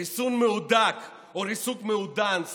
ריסון מהודק או ריסוק מעודן,